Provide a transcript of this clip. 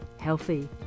healthy